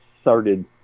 started